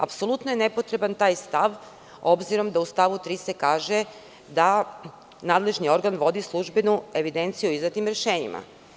Apsolutno je nepotreban taj stav obzirom da se u stavu 3. kaže da nadležni organ vodi službenu evidenciju o izdatim rešenjima.